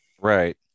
Right